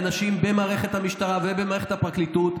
אנשים במערכת המשטרה ובמערכת הפרקליטות,